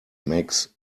makes